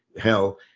hell